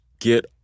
get